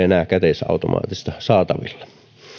enää käteisautomaatista saatavilla